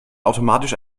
automatisch